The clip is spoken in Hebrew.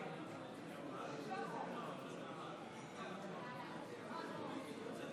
אם כן, להלן תוצאות